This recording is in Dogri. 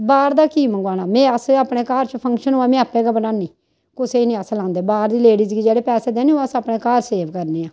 बाह्र दा की मंगोआना में अस अपने घर च फंक्शन होऐ में आपै गै बनान्नीं कुसै गी निं अस लांदे बाह्र दी लेडीज गी जेह्ड़े पैसे देने ओह् अस अपने घर सेव करने आं